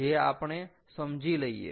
જે આપણે સમજી લઈએ